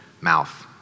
mouth